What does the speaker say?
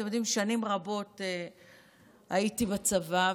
אתם יודעים ששנים רבות הייתי בצבא,